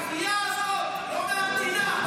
מהגבייה הזאת, לא מהמדינה.